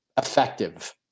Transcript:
effective